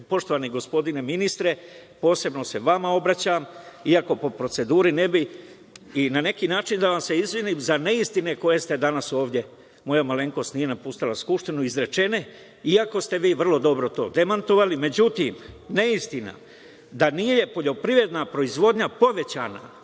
poštovani gospodine ministre, posebno se vama obraćam, iako po proceduri ne bi, i na neki način da vas se izvinim za neistine koje ste danas, ovde moja malenkost nije napuštala Skupštinu, izrečene, iako ste vi vrlo dobro to demantovali. Međutim, neistina da nije poljoprivredna proizvodnja povećana,